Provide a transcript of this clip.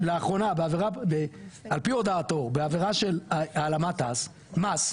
לאחרונה על פי הודאתו בעבירה של העלמת מס,